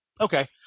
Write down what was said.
Okay